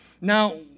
Now